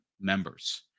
members